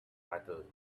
flattened